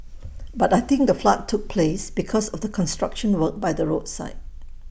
but I think the flood took place because of the construction work by the roadside